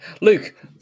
Luke